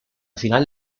final